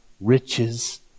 riches